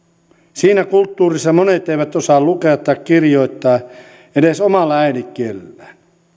siinä kulttuurissa monet eivät osaa lukea tai kirjoittaa edes omalla äidinkielellään